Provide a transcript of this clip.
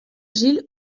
gilles